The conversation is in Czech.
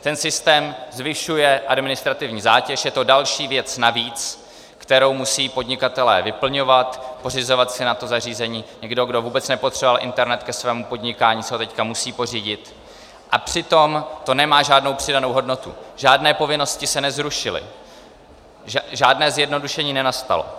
Ten systém zvyšuje administrativní zátěž, je to další věc navíc, kterou musí podnikatelé vyplňovat, pořizovat si na to zařízení, někdo, kdo vůbec nepotřeboval internet ke svému podnikání, si ho teď musí pořídit, a přitom to nemá žádnou přidanou hodnotu, žádné povinnosti se nezrušily, žádné zjednodušení nenastalo.